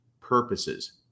purposes